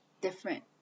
different